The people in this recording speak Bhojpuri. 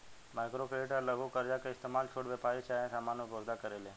माइक्रो क्रेडिट या लघु कर्जा के इस्तमाल छोट व्यापारी चाहे सामान्य उपभोक्ता करेले